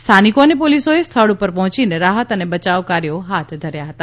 સ્થાનિકો અને પોલીસોએ સ્થળ ઉપર પહોંચીને રાહત અને બચાવ કાર્યો હાથ ધર્યું હતું